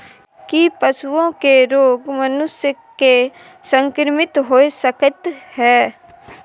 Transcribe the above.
की पशुओं के रोग मनुष्य के संक्रमित होय सकते है?